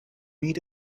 meet